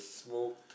woke